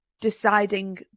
deciding